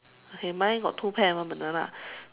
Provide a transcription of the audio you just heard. okay mine got two pear and one banana